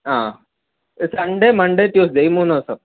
ആ Sunday Monday Tuesday ഈ മൂന്ന് ദിവസം